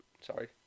Sorry